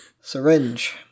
syringe